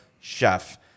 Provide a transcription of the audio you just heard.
chef